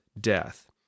death